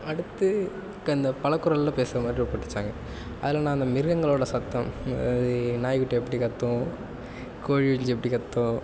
அடுத்து இப்போ இந்த பலக்குரல்ல பேசுகிறமாரி ஒரு போட்டி வச்சாங்கள் அதில் நான் அந்த மிருகங்களோடய சத்தம் நாய்க்குட்டி எப்படி கத்தும் கோழிக்குஞ்சு எப்படி கத்தும்